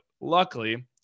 Luckily